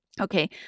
Okay